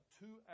two